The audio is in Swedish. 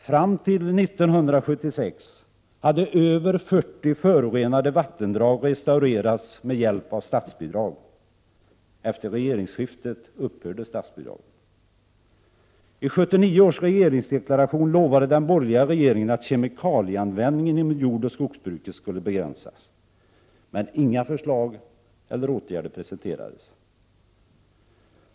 Fram till 1976 hade över 40 förorenade vattendrag restaurerats med hjälp av statsbidrag. Efter regeringsskiftet upphörde statsbidragen. I 1979 års regeringsdeklaration lovade den borgerliga regeringen att kemikalieanvändningen inom jordoch skogsbruket skulle begränsas. Men inga förslag eller åtgärder presenterades.